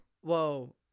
Whoa